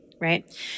Right